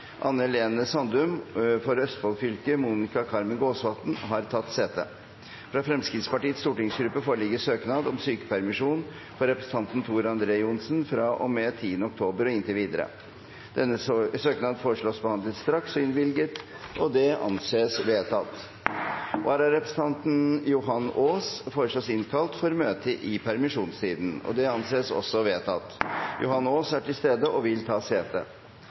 Anne Helene Sandum , og for Østfold fylke Monica Carmen Gåsvatn , har tatt sete. Fra Fremskrittspartiets stortingsgruppe foreligger søknad om sykepermisjon for representanten Tor André Johnsen fra og med tirsdag 10. oktober og inntil videre. Etter forslag fra presidenten ble enstemmig besluttet: Søknaden behandles straks og innvilges. Vararepresentanten Johan Aas innkalles for å møte i permisjonstiden. Johan Aas er til stede og vil ta sete.